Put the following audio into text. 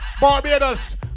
barbados